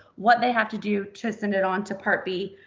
what they have to do to send it on to part b.